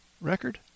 record